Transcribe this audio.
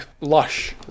Lush